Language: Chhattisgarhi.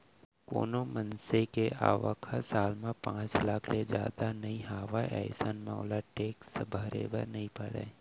कोनो मनसे के आवक ह साल म पांच लाख ले जादा नइ हावय अइसन म ओला टेक्स भरे बर नइ परय